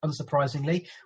unsurprisingly